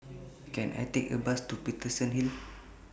Can I Take A Bus to Paterson Hill